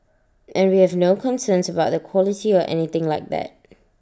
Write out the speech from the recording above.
and we have no concerns about the quality or anything like that